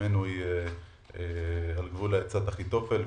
שלטעמנו היא על גבול עצת אחיתופל,